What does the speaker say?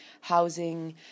housing